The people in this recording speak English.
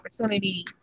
opportunity